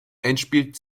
endspiel